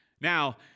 Now